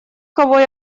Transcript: кого